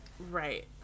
right